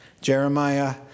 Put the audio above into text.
Jeremiah